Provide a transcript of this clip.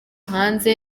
hanze